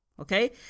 Okay